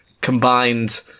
combined